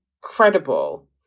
credible